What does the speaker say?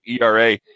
ERA